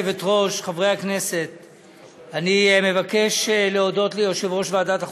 חבר הכנסת משה גפני, יושב-ראש ועדת הכספים,